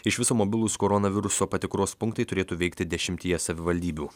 iš viso mobilūs koronaviruso patikros punktai turėtų veikti dešimtyje savivaldybių